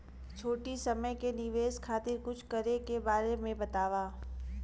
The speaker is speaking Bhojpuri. छोटी समय के निवेश खातिर कुछ करे के बारे मे बताव?